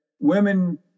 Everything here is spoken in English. Women